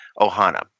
Ohana